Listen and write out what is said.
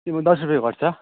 तिम्रो दस रुप्पे घट्छ